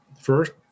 First